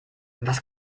was